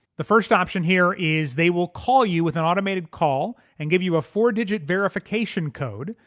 the first option here is they will call you with an automated call and give you a four digit verification code.